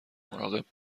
مراقب